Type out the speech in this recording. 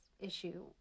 issue